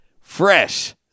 fresh